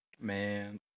Man